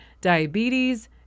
diabetes